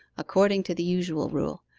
according to the usual rule.